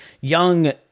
young